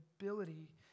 ability